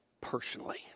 personally